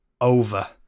over